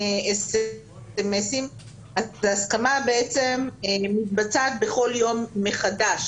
אס.אמ.אסים אז ההסכמה מתבצעת בכל יום מחדש,